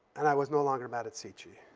and i was no longer mad at si-chee.